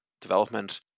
development